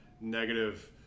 negative